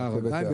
שער הגיא.